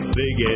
big